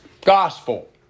gospel